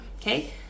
okay